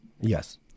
yes